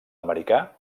americà